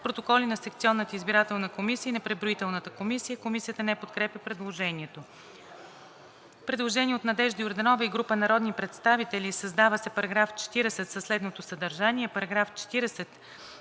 „Протоколи на секционната избирателна комисия и на преброителната комисия“.“ Комисията не подкрепя предложението. Предложение от Надежда Йорданова и група народни представители: „Създава се § 40 със следното съдържание: